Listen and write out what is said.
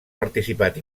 participat